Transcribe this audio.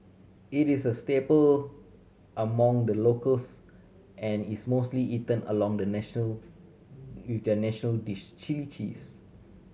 it is a staple among the locals and is mostly eaten along the national with their national dish chilli cheese